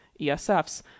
ESFs